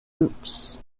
groups